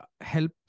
help